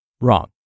Wrong